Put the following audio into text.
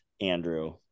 Andrew